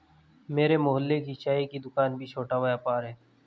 मेरे मोहल्ले की चाय की दूकान भी छोटा व्यापार है